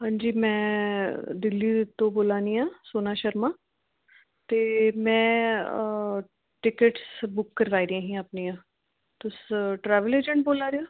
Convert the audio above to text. हां जी में दिल्ली तू बोला नी आं सोना शर्मा ते मै टिकट बुक करवाई दियां हियां अपनियां तुस ट्रैवल अजैंट बोला दे ओ